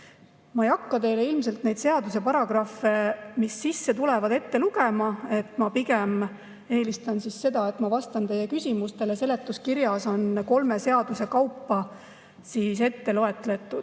Ma ei hakka teile neid seaduse paragrahve, mis sisse tulevad, ette lugema, pigem eelistan seda, et ma vastan teie küsimustele. Seletuskirjas on kolme seaduse kaupa loetletud,